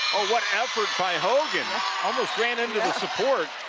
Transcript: oh, what effort by hogan almost ran into the support.